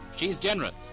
she's generous,